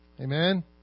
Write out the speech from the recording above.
Amen